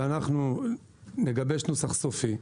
אנחנו נגבש נוסח סופי.